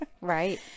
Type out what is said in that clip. Right